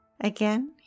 Again